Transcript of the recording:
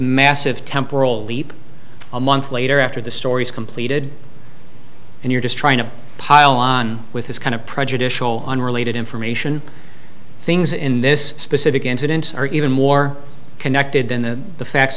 massive temporal leap a month later after the story is completed and you're just trying to pile on with this kind of prejudicial unrelated information things in this specific incident are even more connected than the the facts